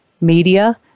media